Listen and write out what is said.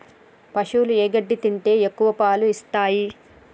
పశువులు ఏ గడ్డి తింటే ఎక్కువ పాలు ఇస్తాయి?